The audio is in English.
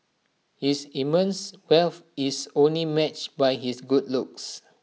his immense wealth is only matched by his good looks